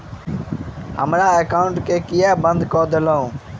हमरा एकाउंट केँ केल बंद कऽ देलु?